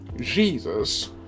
Jesus